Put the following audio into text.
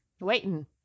waiting